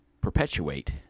Perpetuate